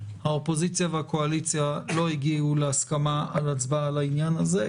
האופוזיציה והקואליציה לא הגיעו להסכמה על הצבעה על העניין הזה.